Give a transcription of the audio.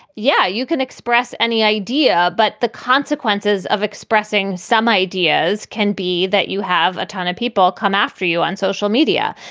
yeah, you can express any idea. but the consequences of expressing some ideas can be that you have a ton of people come after you on social media.